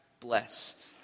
blessed